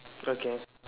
okay